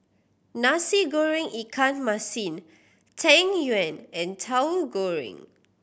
Nasi Goreng ikan masin Tang Yuen and Tahu Goreng